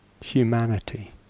humanity